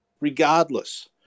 regardless